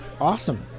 awesome